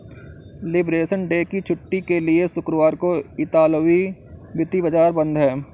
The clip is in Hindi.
लिबरेशन डे की छुट्टी के लिए शुक्रवार को इतालवी वित्तीय बाजार बंद हैं